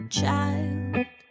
child